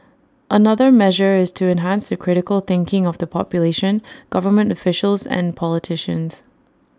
another measure is to enhance the critical thinking of the population government officials and politicians